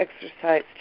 exercise